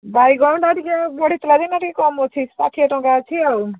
ବାଇଗଣଟା ଟିକେ ବଢ଼ିଥିଲା ଯେ ଏଇନା ଟିକେ କମ୍ ଅଛି ଷାଠିଏ ଟଙ୍କା ଅଛି ଆଉ